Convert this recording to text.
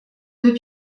deux